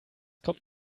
kommt